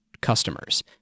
customers